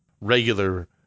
regular